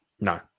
No